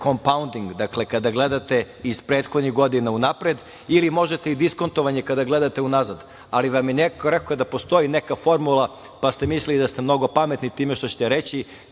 compounding, dakle, kada gledate iz prethodnih godina unapred ili možete i diskontovanje kada gledate unazad, ali vam je neko rekao da postoji neka formula, pa ste mislili da ste mnogo pametni time što ćete reći